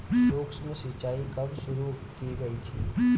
सूक्ष्म सिंचाई कब शुरू की गई थी?